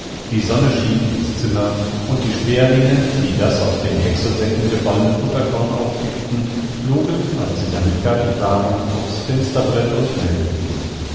die sonne schien ins zimmer und die sperlinge die das aus den häckselsäcken gefallene futterkorn aufpickten flogen als sie damit fertig waren aufs fensterbrett und meldeten sich